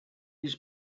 his